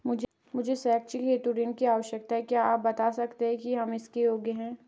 मुझे शैक्षिक हेतु ऋण की आवश्यकता है क्या आप बताना सकते हैं कि हम इसके योग्य हैं?